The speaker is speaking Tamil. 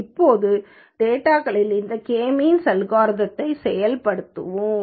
இப்போது டேட்டாகளில் இந்த கே மீன்ஸ் அல்காரிதம்யை செயல்படுத்துவோம்